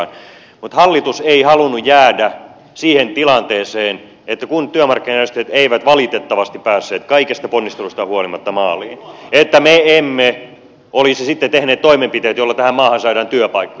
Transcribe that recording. mutta hallitus ei halunnut jäädä siihen tilanteeseen että kun työmarkkinajärjestöt eivät valitettavasti päässeet kaikesta ponnistelustaan huolimatta maaliin niin me emme olisi sitten tehneet toimenpiteitä joilla tähän maahan saadaan työpaikkoja